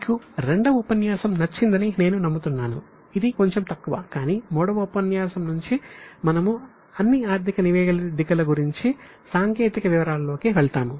మీకు రెండవ ఉపన్యాసం నచ్చిందని నేను నమ్ముతున్నాను ఇది కొంచెం తక్కువ కానీ మూడవ ఉపన్యాసం నుంచి మనము అన్ని ఆర్థిక నివేదికల గురించి సాంకేతిక వివరాల్లోకి వెళ్తాము